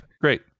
great